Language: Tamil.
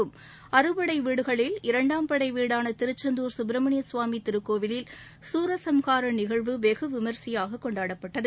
இந்த நிகழ்வில் அறுபடை வீடுகளில் இரண்டாம் படை வீடான திருச்செந்தூர் சுப்பிரமணிய சுவாமி திருக்கோவிலில் சூரசம்ஹாரம் நிகழ்வு வெகு விமரிசையாக கொண்டாடப்பட்டது